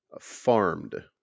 Farmed